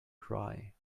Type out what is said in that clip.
cry